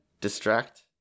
distract